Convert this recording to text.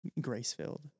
grace-filled